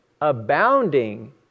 abounding